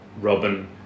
Robin